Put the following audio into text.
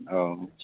औ